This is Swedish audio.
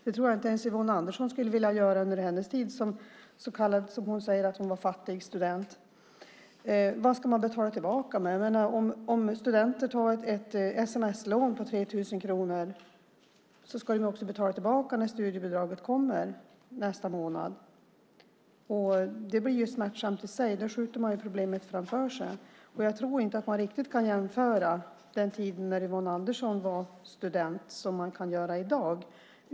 Det tror jag inte ens Yvonne Andersson skulle ha velat göra under hennes tid när hon var fattig student, som hon säger. Vad ska man betala tillbaka med? Om studenter tar ett sms-lån på 3 000 kronor ska de betala tillbaka det när studiebidraget kommer nästa månad. Det blir smärtsamt i sig. Man skjuter problemet framför sig. Jag tror inte att man riktigt kan jämföra den tiden när Yvonne Andersson var student med hur det är i dag.